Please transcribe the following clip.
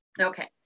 Okay